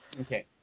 okay